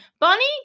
Bonnie